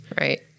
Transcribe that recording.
Right